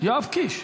יואב קיש.